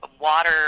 water